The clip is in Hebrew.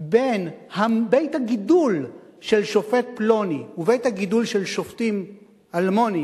בין בית-הגידול של שופט פלוני ובית-הגידול של שופטים אלמונים